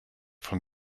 von